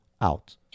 out